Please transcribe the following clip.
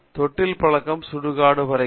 தொட்டில் பழக்கம் சுடுகாடு வரைக்கும்